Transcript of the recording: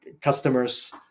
customers